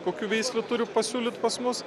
kokių veislių turiu pasiūlyt pas mus